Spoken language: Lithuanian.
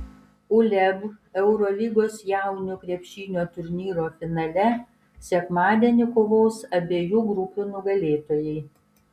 uleb eurolygos jaunių krepšinio turnyro finale sekmadienį kovos abiejų grupių nugalėtojai